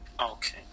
Okay